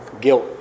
guilt